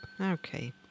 Okay